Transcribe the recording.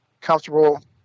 comfortable